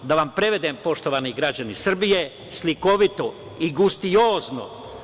Da vam prevedem poštovani građani Srbije, slikovito i gustiozno.